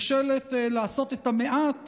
נכשלת לעשות את המעט